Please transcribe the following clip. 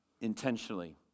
intentionally